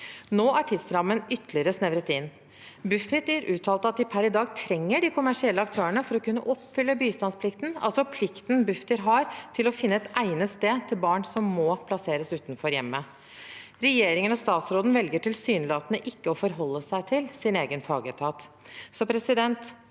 Nå er tidsrammen ytterligere snevret inn. Bufdir uttalte at de per i dag trenger de kommersielle aktørene for å kunne oppfylle bistandsplikten, altså plikten Bufdir har til å finne et egnet sted til barn som må plasseres utenfor hjemmet. Regjeringen og statsråden velger tilsynelatende ikke å forholde seg til sin egen fagetat. Mitt